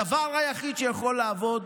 הדבר היחיד שיכול לעבוד